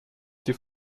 die